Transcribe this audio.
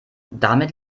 damit